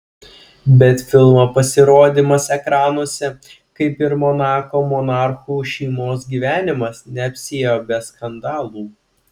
bet filmo pasirodymas ekranuose kaip ir monako monarchų šeimos gyvenimas neapsiėjo be skandalų